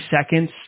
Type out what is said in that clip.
seconds